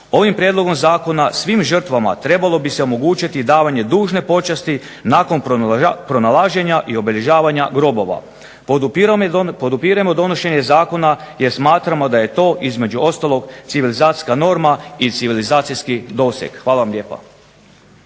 Ovim prijedlogom zakona svim žrtvama trebalo bi se omogućiti davanje dužne počasti nakon pronalaženja i obilježavanja grobova. Podupiremo donošenje zakona jer smatramo da je to između ostalog civilizacijska norma i civilizacijski doseg. Hvala vam lijepa.